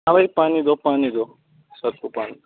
ہاں بھائی پانی دو پانی دو سر کو پانی